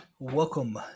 Welcome